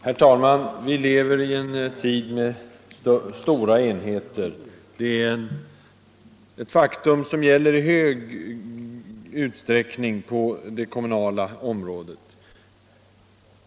Herr talman! Vi lever i en tid med stora enheter. Det är ett faktum som gäller i stor utsträckning på det kommunala området.